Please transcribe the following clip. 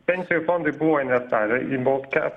pensijų fondai buvo investavę į boltkep